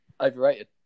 Overrated